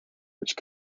which